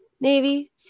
Navy